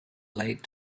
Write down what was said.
late